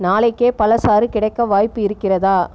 நாளைக்கே பழச்சாறு கிடைக்க வாய்ப்பு இருக்கிறதா